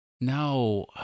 No